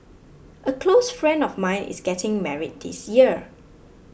a close friend of mine is getting married this year